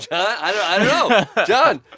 i don't know. jon.